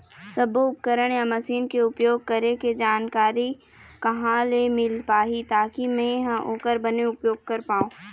सब्बो उपकरण या मशीन के उपयोग करें के जानकारी कहा ले मील पाही ताकि मे हा ओकर बने उपयोग कर पाओ?